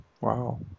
Wow